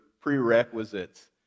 prerequisites